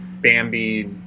Bambi